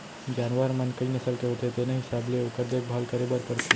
जानवर मन कई नसल के होथे तेने हिसाब ले ओकर देखभाल करे बर परथे